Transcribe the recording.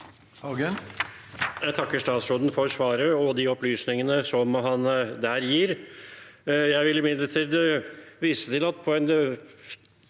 Jeg takker statsråden for svaret og for de opplysningene som han der gir. Jeg vil imidlertid vise til at på et betydelig møte